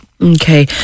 Okay